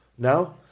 now